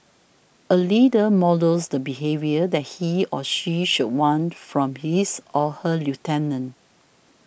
a leader models the behaviour that he or she should want from his or her lieutenants